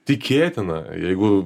tikėtina jeigu